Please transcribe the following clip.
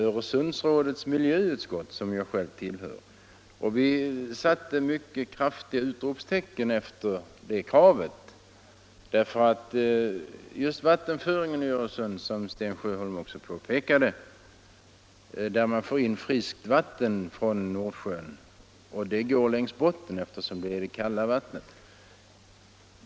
Öresundsrådets miljöutskott, som jag själv tillhör, har för länge sedan påpekat detta och satt mycket kraftiga utropstecken för kravet på en undersökning. I Öresund kommer det, som herr Sjöholm nämnde, in friskt vatten från Nordsjön som går längs bottnen eftersom det är det kalla vattnet.